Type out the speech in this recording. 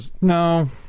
no